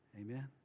Amen